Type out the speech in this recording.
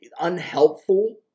unhelpful